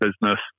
business